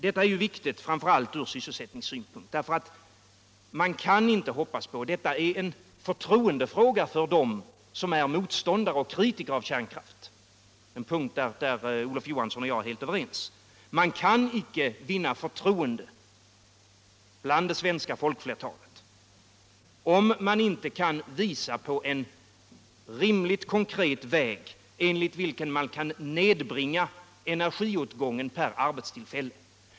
Detta är viktigt framför allt från sysselsättningssynpunkt. Det är också en förtroendefråga för dem som är motståndare till och kritiker av kärnkraft, på den punkten är Olof Johansson och jag helt överens. Man kan inte vinna förtroende bland det svenska folkflertalet om man inte kan visa på en rimligt konkret väg enligt vilken man kan nedbringa energiåtgången per arbetstillfälle.